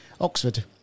Oxford